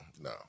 no